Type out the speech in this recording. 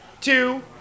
two